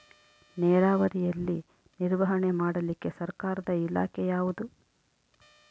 ನೇರಾವರಿಯಲ್ಲಿ ನಿರ್ವಹಣೆ ಮಾಡಲಿಕ್ಕೆ ಸರ್ಕಾರದ ಇಲಾಖೆ ಯಾವುದು?